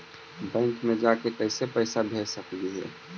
Bank मे जाके कैसे पैसा भेज सकली हे?